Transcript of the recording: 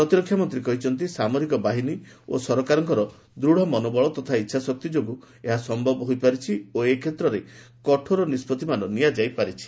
ପ୍ରତିରକ୍ଷାମନ୍ତୀ କହିଛନ୍ତି ସାମରିକ ବାହିନୀ ଓ ସରକାରଙ୍କର ଦୂଢ଼ ମନୋବଳ ତଥା ଇଚ୍ଛାଶକ୍ତି ଯୋଗୁଁ ଏହା ସମ୍ଭବ ହୋଇଛି ଓ ଏ କ୍ଷେତ୍ରରେ କଠୋର ନିଷ୍ପଭିମାନ ନିଆଯାଇପାରିଛି